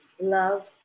love